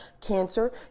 cancer